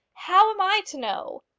how am i to know?